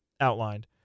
outlined